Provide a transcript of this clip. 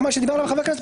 השתגעת?